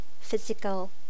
physical